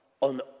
on